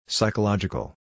Psychological